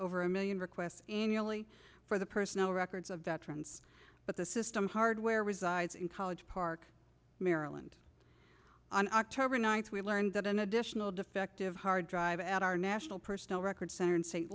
over a million requests annually for the personal records of veterans but the system hardware resides in college park maryland on october ninth we learned that an additional defective hard drive at our national personal records center in st